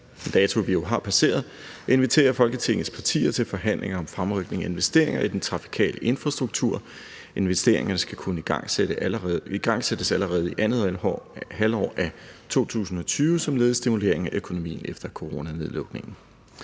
dato, vi jo har passeret – at invitere Folketingets partier til forhandlinger om fremrykning af investeringer i den trafikale infrastruktur – investeringer, der skal kunne igangsættes allerede i andet halvår af 2020, som led i stimuleringen af økonomien efter coronanedlukningen.